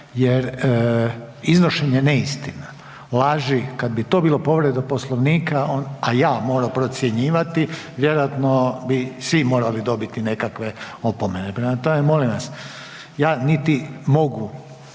jer iznošenje neistina, laži kad bi to bila povreda Poslovnika, a ja morao procjenjivati vjerojatno bi svi morali dobiti nekakve opomene. Prema tome, molim vas ja niti mogu